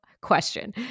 question